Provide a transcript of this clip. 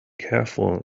careful